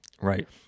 Right